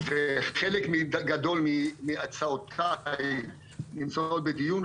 חלק גדול מהצעותיי נמצאות בדיון,